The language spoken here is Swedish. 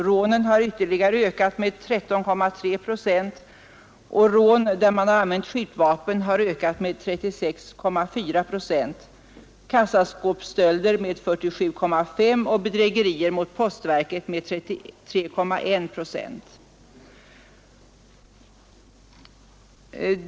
Rånen ökade ytterligare med 13,3 procent och rån där man använt skjutvapen ökade med 36,4 procent. Kassaskåpsstölderna ökade med 47,5 procent och antalet bedrägerier mot postverket med 33,1 procent.